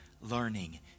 learning